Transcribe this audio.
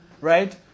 right